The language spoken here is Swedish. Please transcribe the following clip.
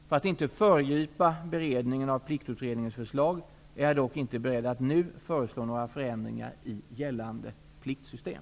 För att inte föregripa beredningen av Pliktutredningens förslag är jag dock inte beredd att nu föreslå några förändringar i gällande pliktsystem.